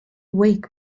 wait